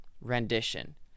rendition